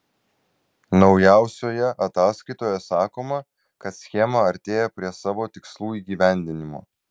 naujausioje ataskaitoje sakoma kad schema artėja prie savo tikslų įgyvendinimo